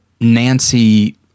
Nancy